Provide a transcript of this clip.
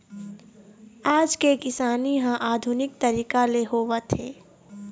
आज के किसानी ह आधुनिक तरीका ले होवत हे